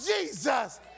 Jesus